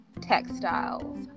textiles